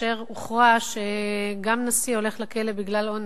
כאשר הוכרע שגם נשיא הולך לכלא בגלל אונס,